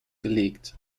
gelegt